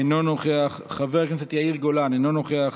אינה נוכחת, חבר הכנסת ישראל אייכלר, אינו נוכח,